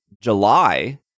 July